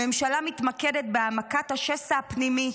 הממשלה מתמקדת בהעמקת השסע הפנימי,